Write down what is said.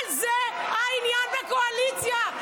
אבל זה העניין בקואליציה.